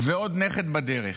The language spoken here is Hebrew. ועוד נכד בדרך.